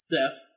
Seth